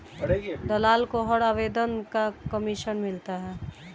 दलाल को हर आवेदन का कमीशन मिलता है